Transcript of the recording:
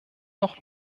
noch